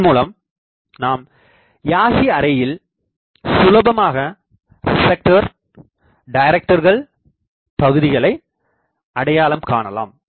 இதன் மூலம் நாம் யாகி அரேயில் சுலபமாக ரிப்ளெக்டர் டைரக்டர்கள் பகுதிகளை அடையாளம் காணலாம்